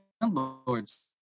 landlords